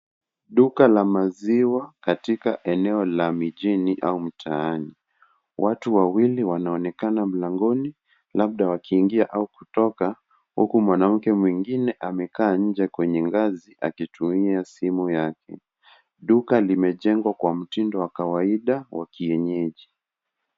Duka la maziwa katika eneo la mijini au mtaani. Watu wawili wanaonekana mlangoni, labda wakiingia au kutoka. Huku, mwanamke mwingine amekaa nje kwenye ngazi, akitumia simu yake. Duka limejengwa kwa mtindo wa kawaida wa kienyeji.